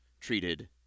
treated